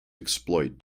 exploit